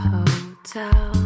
Hotel